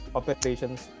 operations